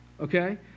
Okay